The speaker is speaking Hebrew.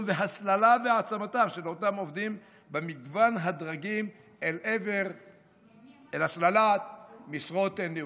והסללה והעצמתם של אותם עובדים במגוון הדרגים אל הסללת משרות ניהול.